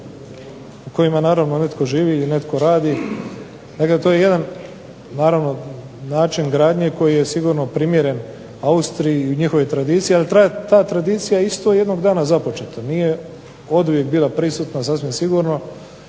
u kojima naravno netko živi i netko radi. Dakle, to je jedan naravno način gradnje koji je sigurno primjeren Austriji i njihovoj tradiciji, ali ta tradicija je isto jednog dana započeta, nije oduvijek bila prisutna sasvim sigurno